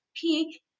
Peak